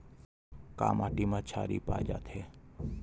का माटी मा क्षारीय पाए जाथे?